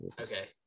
okay